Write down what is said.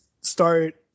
start